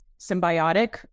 symbiotic